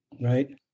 Right